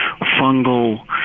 fungal